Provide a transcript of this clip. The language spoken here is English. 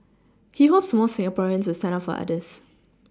he hopes more Singaporeans will stand up for others